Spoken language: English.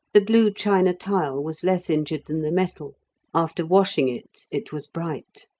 the blue china-tile was less injured than the metal after washing it, it was bright.